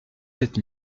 sept